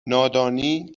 نادانی